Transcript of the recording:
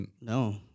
No